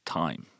time